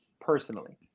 personally